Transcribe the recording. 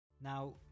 Now